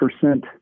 percent